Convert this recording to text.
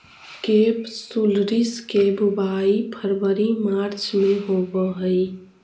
केपसुलरिस के बुवाई फरवरी मार्च में होवऽ हइ